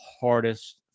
hardest